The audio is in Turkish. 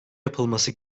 yapılması